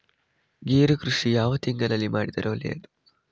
ಗೇರು ಕೃಷಿ ಯಾವ ತಿಂಗಳಲ್ಲಿ ಮಾಡಿದರೆ ಒಳ್ಳೆಯದು?